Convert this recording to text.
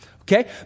Okay